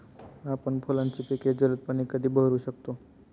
आपण फुलांची पिके जलदपणे कधी बहरू शकतो?